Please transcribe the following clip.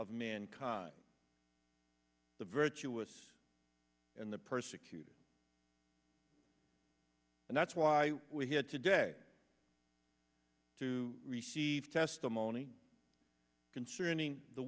of mankind the virtuous and the persecuted and that's why we're here today to receive testimony concerning the